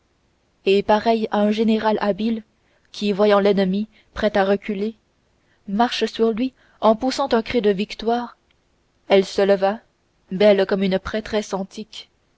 et pareille à un général habile qui voyant l'ennemi prêt à reculer marche sur lui en poussant un cri de victoire elle se leva belle comme une prêtresse